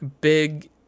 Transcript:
big